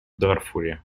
дарфуре